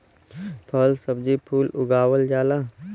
फल सब्जी कुल उगावल जाला